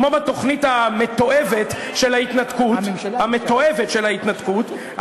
כמו בתוכנית המתועבת של ההתנתקות,